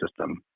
system